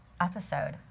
episode